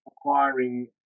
acquiring